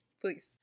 please